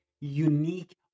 unique